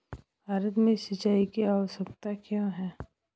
भारत में सिंचाई की आवश्यकता क्यों है?